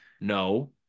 No